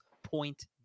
point